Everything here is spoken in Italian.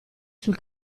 sul